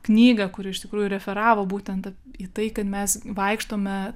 knygą kuri iš tikrųjų referavo būtent į tai kad mes vaikštome